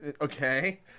okay